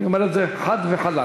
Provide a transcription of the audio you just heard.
אני אומר את זה חד וחלק.